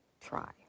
try